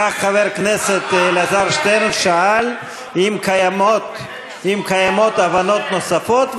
כך חבר כנסת אלעזר שטרן שאל אם קיימות הבנות נוספות,